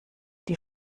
die